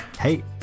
Hey